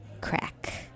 crack